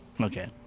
Okay